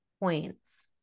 points